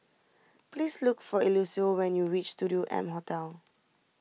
please look for Eliseo when you reach Studio M Hotel